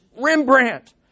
Rembrandt